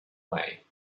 way